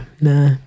nah